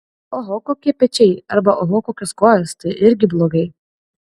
oho kokie pečiai arba oho kokios kojos tai irgi blogai